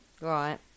Right